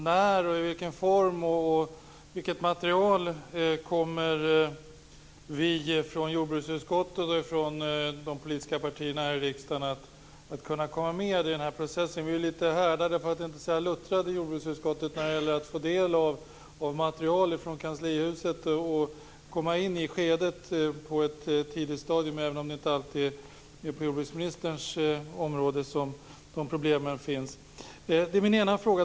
När och i vilken form kommer vi från jordbruksutskottet och från de politiska partierna här i riksdagen att kunna komma med i processen? Vilket material får vi? Vi är härdade för att inte säga luttrade i jordbruksutskottet när det gäller att få del av material från kanslihuset och komma in i skedet på ett tidigt stadium, även om det inte alltid är på jordbruksministerns område som de problemen finns. Det är min ena fråga.